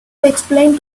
explain